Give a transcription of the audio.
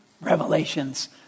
revelations